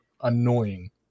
annoying